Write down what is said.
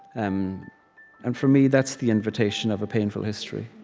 um and for me, that's the invitation of a painful history,